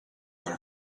were